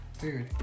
Dude